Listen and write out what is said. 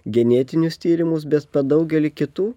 genetinius tyrimus bet daugelį kitų